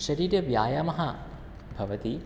शरीरव्यायामः भवति